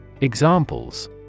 Examples